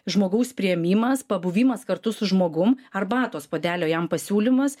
žmogaus priėmimas pabuvimas kartu su žmogum arbatos puodelio jam pasiūlymas